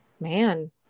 man